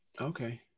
Okay